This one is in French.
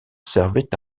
servait